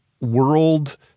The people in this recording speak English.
world